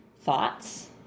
thoughts